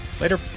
Later